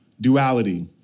duality